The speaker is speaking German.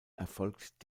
erfolgt